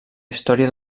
història